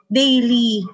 daily